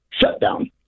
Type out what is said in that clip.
shutdown